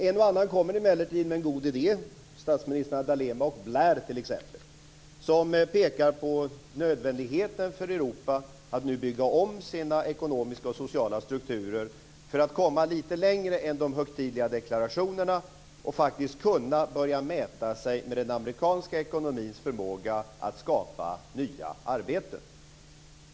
En och annan kommer emellertid med en god idé - t.ex. statsministrarna D Alema och Blair som pekar på nödvändigheten för Europa att nu bygga om sina ekonomiska och sociala strukturer för att komma lite längre än de högtidliga deklarationerna och faktiskt kunna börja mäta sig med den amerikanska ekonomins förmåga att skapa nya arbeten.